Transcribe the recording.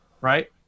right